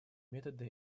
методы